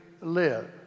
live